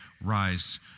rise